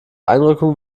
einrückung